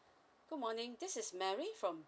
good morning this is mary from